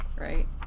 right